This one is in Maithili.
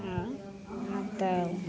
आँय तऽ